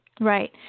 right